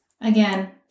Again